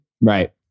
Right